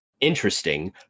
interesting